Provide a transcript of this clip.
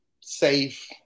safe